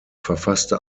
verfasste